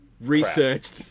Researched